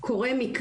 ברגע שקורה מקרה,